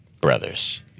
brothers